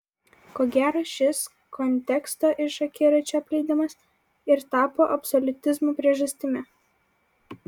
ko gero šis konteksto iš akiračio apleidimas ir tapo absoliutizmo priežastimi